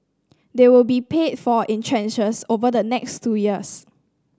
they will be paid for in tranches over the next two years